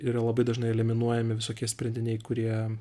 ir labai dažnai eliminuojami visokie sprendiniai kurie